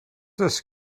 this